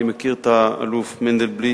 אני מכיר את האלוף מנדלבליט,